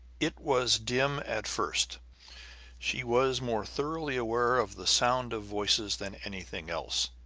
it was dim at first she was more thoroughly aware of the sound of voices than anything else.